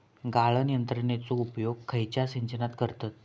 गाळण यंत्रनेचो उपयोग खयच्या सिंचनात करतत?